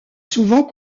souvent